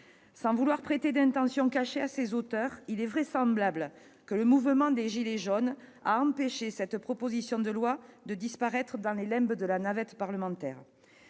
sans vouloir prêter d'intentions cachées à ses auteurs, il est vraisemblable que le mouvement des « gilets jaunes » a empêché cette proposition de loi de disparaître dans les limbes de la navette parlementaire.